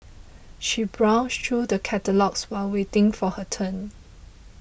she browsed through the catalogues while waiting for her turn